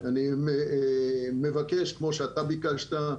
אני מבקש, כמו שאתה ביקשת,